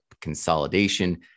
consolidation